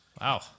Wow